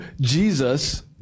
Jesus